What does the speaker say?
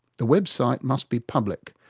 the web site must be public.